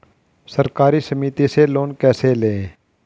सहकारी समिति से लोन कैसे लें?